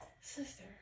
sister